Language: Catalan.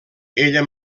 ella